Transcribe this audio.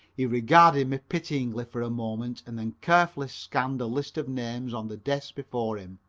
he regarded me pityingly for a moment and then carefully scanned a list of names on the desk before him.